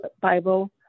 bible